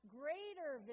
greater